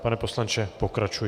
Pane poslanče, pokračujte.